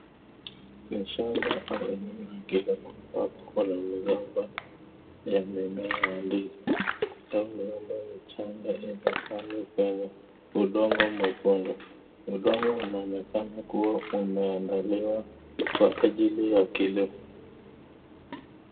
Ni shamba ama eneo la kilimo kuwa kuna migomba ya mimea ya ndizi, hio ni migomba micahnga imepandwa kwenye udongo mwekundu